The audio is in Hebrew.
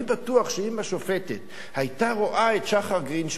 אני בטוח שאם השופטת היתה רואה את שחר גרינשפן,